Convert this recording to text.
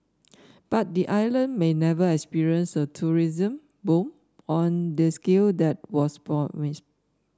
but the island may never experience a tourism boom on the scale that was promised